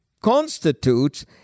constitutes